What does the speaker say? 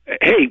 Hey